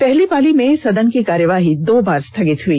पहली पाली में सदन की कार्यवाही दो बार स्थगित हई